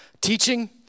teaching